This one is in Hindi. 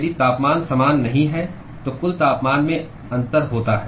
यदि तापमान समान नहीं हैं तो कुल तापमान में अंतर होता है